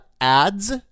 ads